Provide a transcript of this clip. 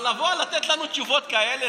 אבל לבוא לתת לנו תשובות כאלה?